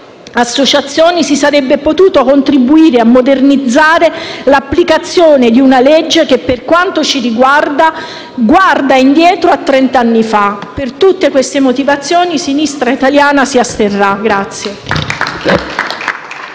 associazioni, si sarebbe potuto contribuire a modernizzare l'applicazione di una legge che, per quanto ci riguarda, guarda indietro a trent'anni fa. Per tutte queste motivazioni, Sinistra Italiana si asterrà.